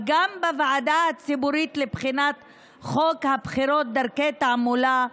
גם הוועדה הציבורית לבחינת חוק הבחירות (דרכי תעמולה)